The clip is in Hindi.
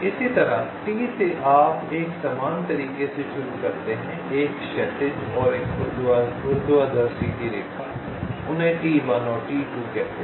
इसी तरह T से आप एक समान तरीके से शुरू करते हैं एक क्षैतिज और एक ऊर्ध्वाधर सीधी रेखा उन्हें T 1 और T2 कहते हैं